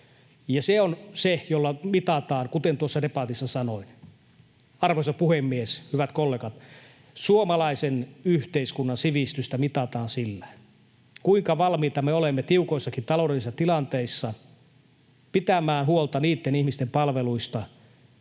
ja se on se, millä mitataan, kuten tuossa debatissa sanoin. Arvoisa puhemies! Hyvät kollegat, suomalaisen yhteiskunnan sivistystä mitataan sillä, kuinka valmiita me olemme tiukoissakin taloudellisissa tilanteissa pitämään huolta niitten ihmisten palveluista,